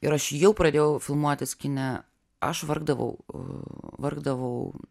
ir aš jau pradėjau filmuotis kine aš vargdavau vargdavau